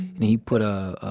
and he put ah, ah,